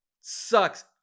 sucks